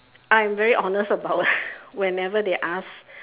I'm very honest about whenever they asked